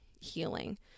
healing